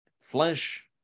flesh